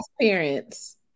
parents